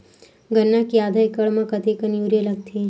गन्ना के आधा एकड़ म कतेकन यूरिया लगथे?